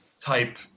type